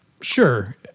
sure